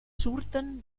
surten